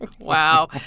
Wow